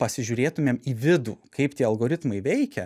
pasižiūrėtumėm į vidų kaip tie algoritmai veikia